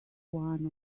one